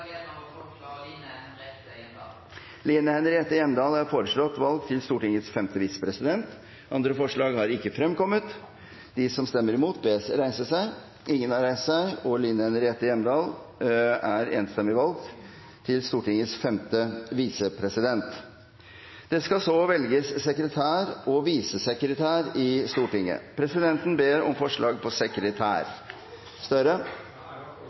Line Henriette Hjemdal. Line Henriette Hjemdal er foreslått valgt til Stortingets femte visepresident. – Andre forslag foreligger ikke. Det skal så velges sekretær og visesekretær i Stortinget. Presidenten ber om forslag på sekretær.